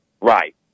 Right